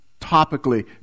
topically